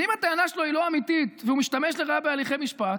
ואם הטענה שלו לא אמיתית והוא משתמש לרעה בהליכי משפט,